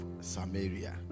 Samaria